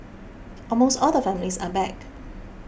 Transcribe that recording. almost all the families are back